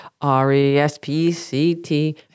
R-E-S-P-C-T